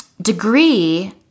degree